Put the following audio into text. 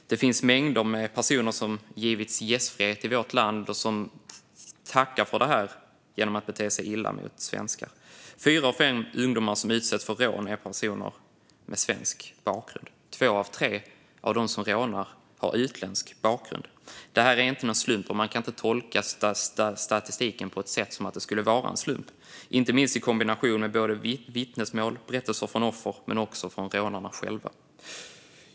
Det finns mängder med personer som har givits gästfrihet i vårt land och som tackar för det genom att bete sig illa mot svenskarna. Fyra av fem ungdomar som utsätts för rån har svensk bakgrund. Två av tre av de som rånar har utländsk bakgrund. Det är ingen slump. Man kan inte heller tolka statistiken som att det skulle vara en slump. Det gäller särskilt kombinationen av vittnesmål och berättelser från offer men också från rånarna själva.